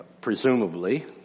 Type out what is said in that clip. presumably